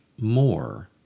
more